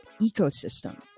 ecosystem